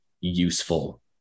useful